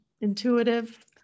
intuitive